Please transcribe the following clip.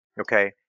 Okay